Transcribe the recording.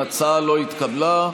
ההצעה לא התקבלה.